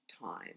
time